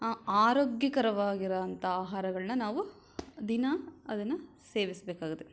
ಆರೋಗ್ಯಕರವಾಗಿರೋ ಅಂಥ ಆಹಾರಗಳನ್ನು ನಾವು ದಿನ ಅದನ್ನು ಸೇವಿಸಬೇಕಾಗತ್ತೆ